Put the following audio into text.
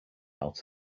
out